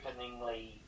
openingly